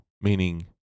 meaning